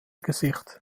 gesicht